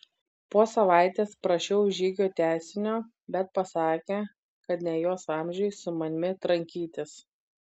po savaitės prašiau žygio tęsinio bet pasakė kad ne jos amžiui su manimi trankytis